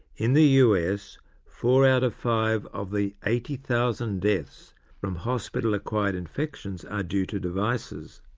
in the us four out of five of the eighty thousand deaths from hospital acquired infections are due to devices.